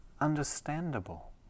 understandable